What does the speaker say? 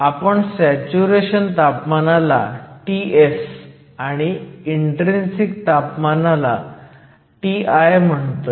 आपण सॅच्युरेशन तापमानाला Ts आणि इन्ट्रीन्सिक तापमानाला Ti म्हणतोय